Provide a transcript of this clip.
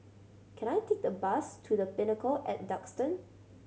can I take the bus to The Pinnacle at Duxton